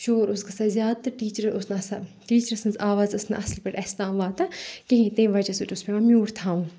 شور اوس گژھان زیادٕ تہٕ ٹیٖچَر اوس نہٕ آسان ٹیٖچرٕ سٕنز آواز ٲس نہٕ اَصل پٲٹھۍ اسہِ تام واتان کہیٖنۍ تمہِ وَجہ سۭتۍ اوس پؠوان میوٗٹ تھاوُن